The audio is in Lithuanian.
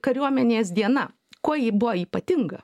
kariuomenės diena kuo ji buo ypatinga